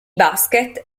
basket